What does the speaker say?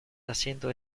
haciendo